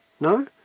No